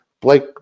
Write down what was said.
blake